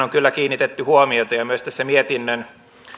on kyllä kiinnitetty huomiota myös tässä mietinnön